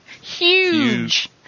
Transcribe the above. Huge